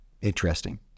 interesting